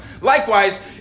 Likewise